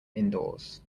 indoors